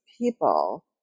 people